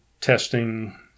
testing